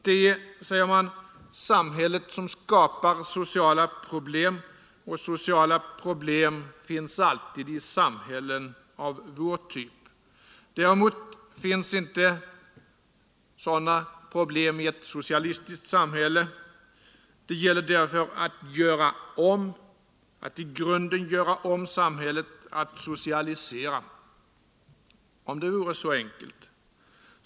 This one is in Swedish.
Det är — säger man — samhället som skapar sociala problem, och sociala problem finns alltid i ett samhälle av vår typ. Däremot finns inte sådana problem i ett socialistiskt samhälle. Det gäller därför att i grunden göra om samhället, att socialisera. Om det vore så enkelt!